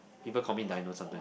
people call me Dino something